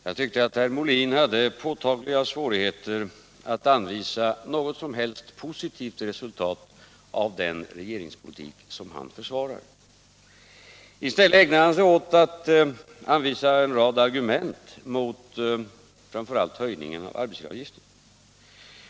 Herr talman! Jag tyckte att herr Molin hade påtagliga svårigheter att visa upp något som helst positivt resultat av den regeringspolitik som han försvarar. I stället ägnar han sig åt att framföra en rad argument mot framför allt höjningen av arbetsgivaravgiften.